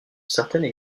certaines